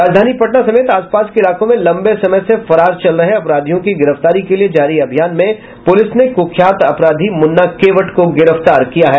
राजधानी पटना समेत आस पास के इलाकों में लंबे समय से फरार चल रहे अपराधियों की गिरफ्तारी के लिए जारी अभियान में पुलिस ने कुख्यात अपराधी मुन्ना केवट को गिरफ्तार किया है